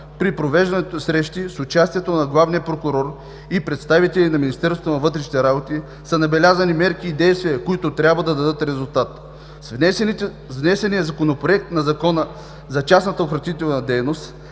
При провежданите срещи с участието на Главния прокурор и представители на Министерство на вътрешните работи са набелязани мерки и действия, които трябва да дадат резултат. С внесения Законопроект на Закона за частната охранителна дейност